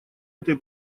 этой